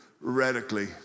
radically